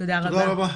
תודה רבה.